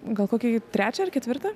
gal kokį trečią ar ketvirtą